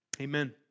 Amen